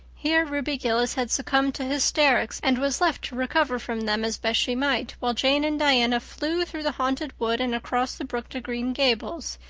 here ruby gillis had succumbed to hysterics, and was left to recover from them as best she might, while jane and diana flew through the haunted wood and across the brook to green gables.